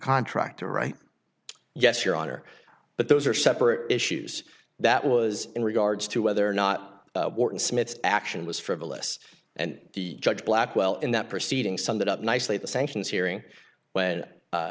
contractor right yes your honor but those are separate issues that was in regards to whether or not smith's action was frivolous and the judge blackwell in that proceeding summed it up nicely at the sanctions hearing when